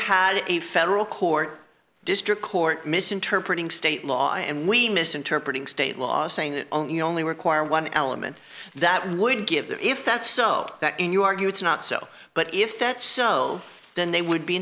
had a federal court district court misinterpreting state law and we misinterpreting state law saying that only only require one element that would give the if that's so that in you argue it's not so but if that's so then they would be